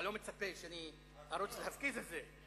אתה לא מצפה שארוץ לתפקיד הזה.